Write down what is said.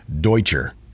Deutscher